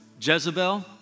Jezebel